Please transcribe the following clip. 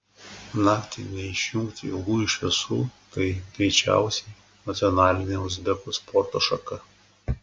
naktį neišjungti ilgųjų šviesų tai greičiausia nacionalinė uzbekų sporto šaka